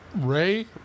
Ray